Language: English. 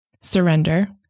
surrender